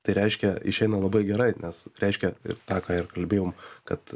tai reiškia išeina labai gerai nes reiškia ir tą ką ir kalbėjom kad